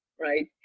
right